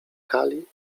kali